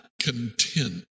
content